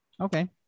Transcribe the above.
okay